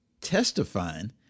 testifying